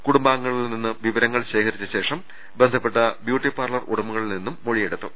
കുടുംബാം ഗങ്ങളിൽ നിന്നും വിവരങ്ങൾ ശേഖരിച്ച ശേഷം ബന്ധപ്പെട്ട ബ്യൂട്ടീ പാർലർ ഉടമകളിൽ നിന്നും മൊഴിയെടുത്തു